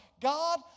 God